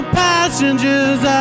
passengers